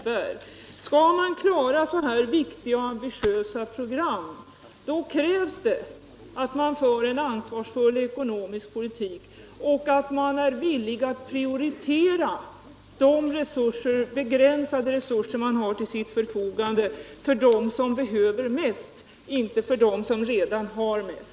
För att klara så här viktiga och ambitiösa program krävs att man för en ansvarsfull ekonomisk politik och att man är villig att prioritera de begränsade resurser man har till sitt förfogande för dem som behöver mest, inte för dem som redan har mest.